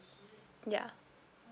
ya